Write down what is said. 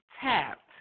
tapped